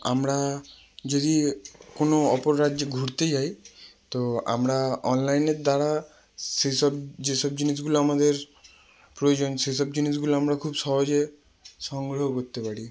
আমরা যদি কোনো অপর রাজ্যে ঘুরতে যাই তো আমরা অনলাইনের দ্বারা সেসব যেসব জিনিসগুলো আমাদের প্রয়োজন সেসব জিনিসগুলো আমরা খুব সহজে সংগ্রহ করতে পারি